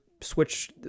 Switch